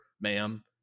ma'am